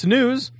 News